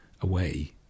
away